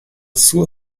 suo